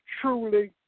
truly